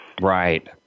right